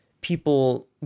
people